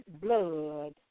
Blood